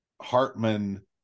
Hartman